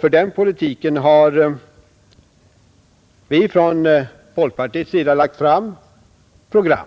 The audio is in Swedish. För den politiken har vi inom folkpartiet lagt fram program.